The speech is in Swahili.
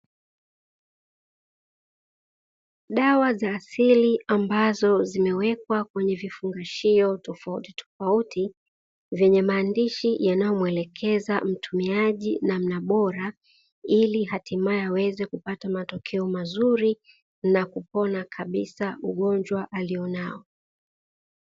Dawa za asili ambazo zimewekwa kwenye vifungashio tofauti tofauti vyenye maandishi yanayomuelekeza mtumiaji namna bora, ili hatimaye aweze kupata matokeo mazuri na kupona kabisa ugonjwa alionao.